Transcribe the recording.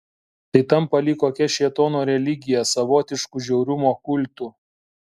tai tampa lyg kokia šėtono religija savotišku žiaurumo kultu